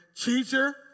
teacher